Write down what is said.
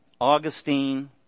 Augustine